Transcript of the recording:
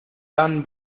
tan